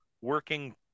working